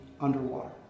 underwater